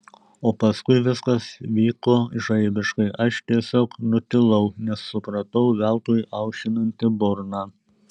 o paskui viskas vyko žaibiškai aš tiesiog nutilau nes supratau veltui aušinanti burną